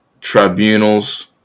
tribunals